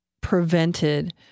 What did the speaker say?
prevented